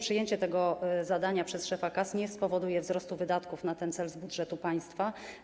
Przejęcie tego zadania przez szefa KAS nie spowoduje wzrostu wydatków na ten cel z budżetu państwa.